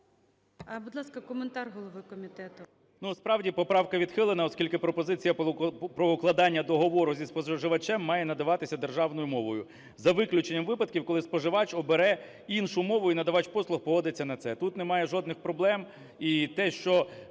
Будь ласка, коментар голови комітету.